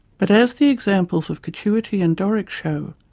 but as the examples of catuity and doric show,